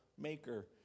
maker